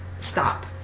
stop